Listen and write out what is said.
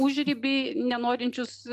užriby nenorinčius